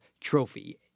trophy